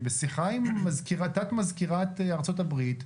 בשיחה עם תת-מזכירת המדינה של ארצות הברית,